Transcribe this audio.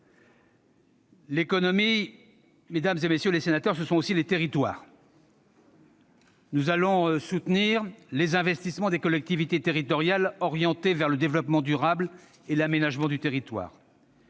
L'économie, mesdames, messieurs, c'est aussi les territoires. Nous allons soutenir les investissements des collectivités territoriales orientées vers le développement durable et l'aménagement du territoire.